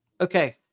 okay